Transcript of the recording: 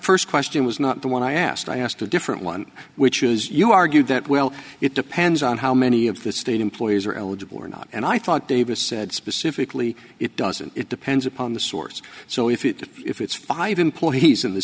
first question was not the one i asked i asked a different one which is you argued that well it depends on how many of the state employees are eligible or not and i thought davis said specifically it doesn't it depends upon the source so if it if it's five employer he's in the